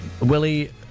Willie